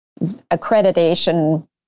accreditation